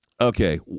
Okay